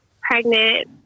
pregnant